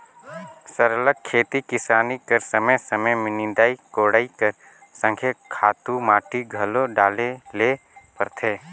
सरलग खेती किसानी कर समे समे में निंदई कोड़ई कर संघे खातू माटी घलो डाले ले परथे